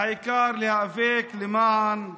העיקר להיאבק למען שוויון,